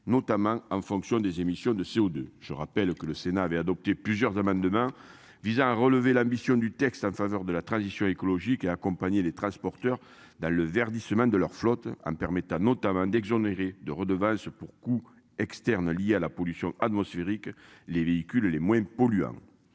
notamment en fonction des émissions de CO2. Je rappelle que le Sénat avait adopté plusieurs demain visant à relever l'ambition du texte en faveur de la transition écologique et accompagner les transporteurs dans le verdissement de leur flotte en permettant notamment d'exonérer de redevance pour coûts externes liés à la pollution atmosphérique. Les véhicules les moins polluants.